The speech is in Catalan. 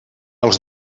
els